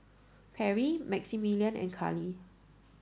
Perry Maximillian and Karli